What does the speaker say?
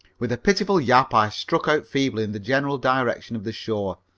with a pitiful yap i struck out feebly in the general direction of the shore.